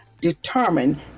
determine